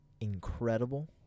incredible